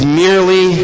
merely